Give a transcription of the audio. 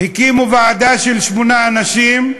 הקימו ועדה של שמונה אנשים,